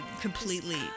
completely